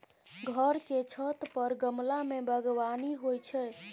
घर के छत पर गमला मे बगबानी होइ छै